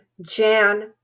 Jan